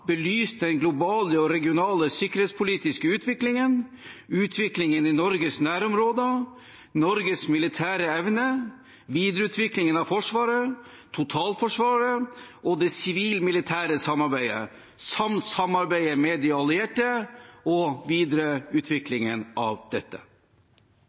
belyst den globale og regionale sikkerhetspolitiske utviklingen, utviklingen i Norges nærområder, Norges militære evne, videreutviklingen av Forsvaret, totalforsvaret og det sivil-militære samarbeidet samt samarbeidet med de allierte og